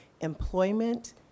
employment